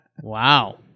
Wow